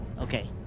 Okay